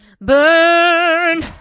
Burn